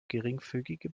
geringfügige